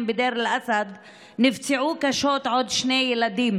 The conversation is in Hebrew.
בדיר אל-אסד נפצעו קשות עוד שני ילדים